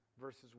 verses